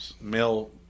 male